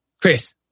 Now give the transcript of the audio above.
Chris